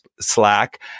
slack